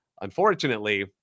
Unfortunately